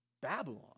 Babylon